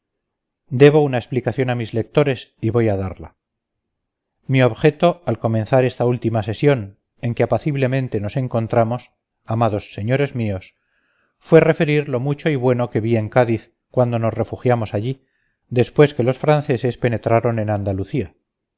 debo una explicación a mis lectores y voy a darla mi objeto al comenzar esta última sesión en que apaciblemente nos encontramos amados señores míos fue referir lo mucho y bueno que vi en cádiz cuando nos refugiamos allí después que los franceses penetraron en andalucía